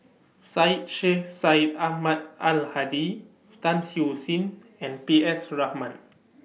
Syed Sheikh Syed Ahmad Al Hadi Tan Siew Sin and P S Raman